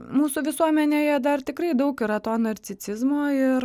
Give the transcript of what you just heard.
mūsų visuomenėje dar tikrai daug yra to narcisizmo ir